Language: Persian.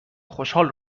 خوشحال